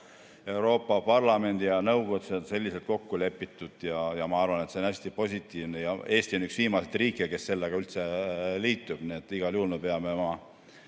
Euroopa Parlamendis ja nõukogus selliselt kokku lepitud ja ma arvan, et see on hästi positiivne. Eesti on üks viimaseid riike, kes sellega üldse liitub. Igal juhul me peame oma